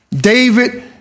David